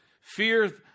fear